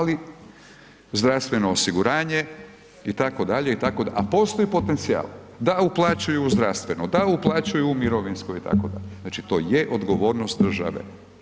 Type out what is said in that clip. Ali, zdravstveno osiguranje, itd., itd., a postoji potencijal da uplaćuju u zdravstveno, da uplaćuju u mirovinsko, itd., znači to je odgovornost države.